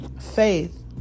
faith